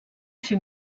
fer